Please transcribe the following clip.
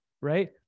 right